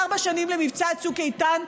ארבע שנים למבצע צוק איתן,